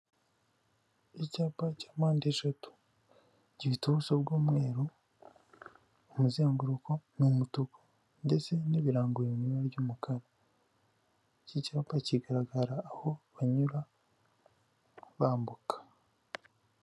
Icyapa cya mpande eshatu gifite ubuso bw'umweru, umuzenguruko ni umutuku ndetse n'ibirango biri mu ibara ry'umukara , iki cyapa kigaragara aho banyura bambuka.